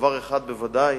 בדבר אחד בוודאי